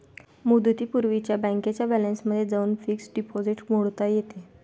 मुदतीपूर्वीच बँकेच्या बॅलन्समध्ये जाऊन फिक्स्ड डिपॉझिट मोडता येते